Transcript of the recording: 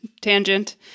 Tangent